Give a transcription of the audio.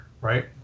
right